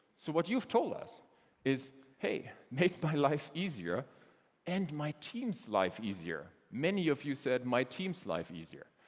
so, what you've told us is, hey, make my life easier and my team's life easier. many of you said, my team's life easier.